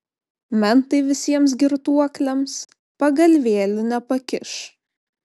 mentai visiems girtuokliams pagalvėlių nepakiš